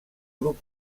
grup